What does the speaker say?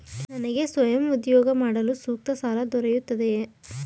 ನನಗೆ ಸ್ವಯಂ ಉದ್ಯೋಗ ಮಾಡಲು ಸೂಕ್ತ ಸಾಲ ದೊರೆಯುತ್ತದೆಯೇ?